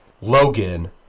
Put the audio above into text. Logan